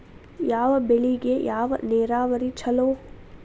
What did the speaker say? ಯಾವ ಬೆಳಿಗೆ ಯಾವ ನೇರಾವರಿ ಛಲೋ?